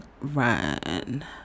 run